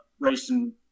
racing